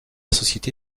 société